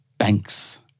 Banks